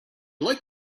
like